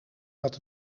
dat